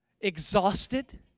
Exhausted